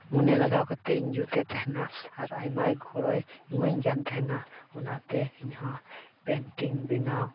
ᱢᱚᱱᱮ ᱞᱟᱜᱟᱣ ᱠᱟᱛᱮᱫ ᱤᱧ ᱡᱩᱛᱮᱫ ᱛᱟᱦᱮᱱᱟ ᱟᱨ ᱟᱭᱢᱟ ᱜᱚᱲᱚᱭ ᱮᱢᱟᱧ ᱠᱟᱱ ᱛᱟᱦᱮᱱᱟ ᱚᱱᱟᱛᱮ ᱤᱧ ᱦᱚᱸ ᱯᱮᱱᱴᱤᱝ ᱵᱮᱱᱟᱣ